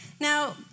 Now